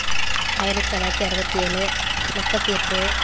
ஆயிரத்தி தொள்ளாயிரத்தி அறுபத்தி ஏழு முப்பத்தி எட்டு